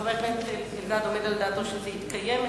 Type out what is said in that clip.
חבר הכנסת אלדד עומד על דעתו שהדיון יתקיים,